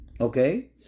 okay